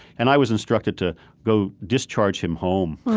and i was instructed to go discharge him home.